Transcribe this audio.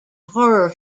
horror